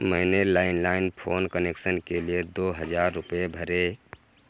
मैंने landline phone connection के लिए दो हजार रुपए भरे